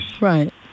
Right